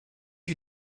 you